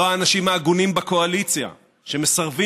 לא האנשים ההגונים בקואליציה שמסרבים